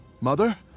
Mother